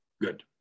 good